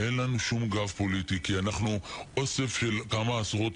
הוא אמר לי, אם אתה תתבע, אנחנו נדאג לסגור אותך.